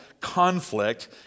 conflict